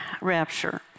rapture